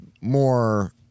more